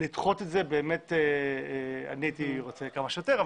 הייתי רוצה באמת לדחות את זה כמה שיותר.